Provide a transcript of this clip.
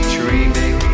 dreaming